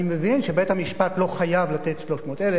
אני מבין שבית-המשפט לא חייב לתת 300,000,